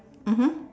mmhmm